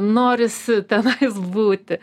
norisi tenais būti